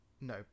No